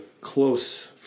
close